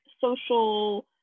social